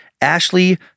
Ashley